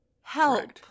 Help